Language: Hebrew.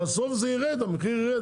בסוף המחיר יירד.